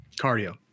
Cardio